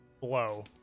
blow